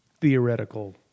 theoretical